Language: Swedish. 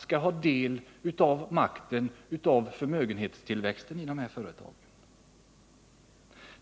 skall ha del i makten över förmögenhetstillväxten inom sina företag.